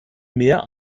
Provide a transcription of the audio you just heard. mehr